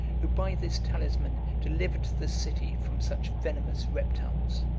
who, by this talisman, delivered the city from such venomous reptiles.